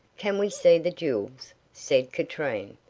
can we see the jewels? said katrine.